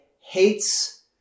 hates